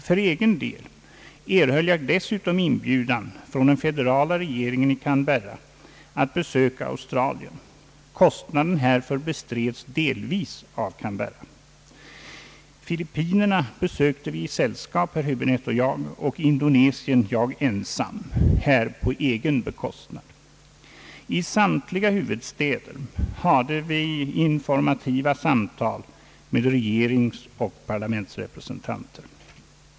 För egen del erhöll jag dessutom inbjudan från den federala regeringen i Canberra att besöka Australien. Kostnaden härför bestreds delvis av regeringen i Canberra. Filippinerna besökte herr Häbinette och jag i sällskap och Indonesien besökte jag ensam — på egen bekostnad. I samiliga huvudstäder hade vi — jag — informativa samtal med regeringsoch parlamentsrepresentanter.